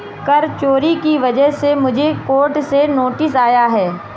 कर चोरी की वजह से मुझे कोर्ट से नोटिस आया है